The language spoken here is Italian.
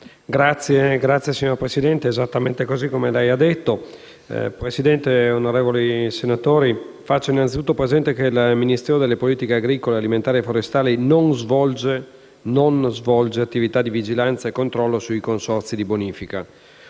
e forestali*. Signora Presidente, è esattamente così, come ha appena detto. Signora Presidente, onorevoli senatori, faccio anzitutto presente che il Ministero delle politiche agricole alimentari e forestali non svolge attività di vigilanza e controllo sui consorzi di bonifica,